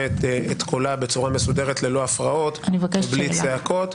את קולה בצורה מסודרת ללא הפרעות ובלי צעקות.